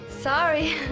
Sorry